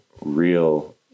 real